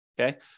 Okay